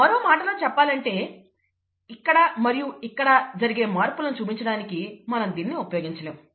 మరో మాటలో చెప్పాలంటే ఇక్కడ మరియు ఇక్కడ జరిగే మార్పులను చూపించడానికి మనం దీనిని ఉపయోగించలేము